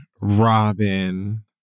Robin